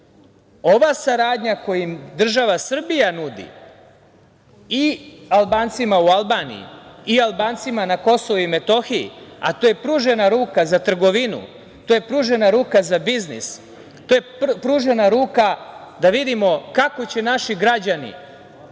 ova saradnja koju im država Srbija nudi, i Albancima u Albaniji, i Albancima u na KiM, a to je pružena ruka za trgovinu, to je pružena ruka za biznis, to je pružena ruka da vidimo kako će naši građani